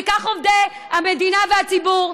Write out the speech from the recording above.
כך עובדי המדינה והציבור.